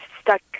stuck